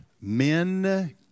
men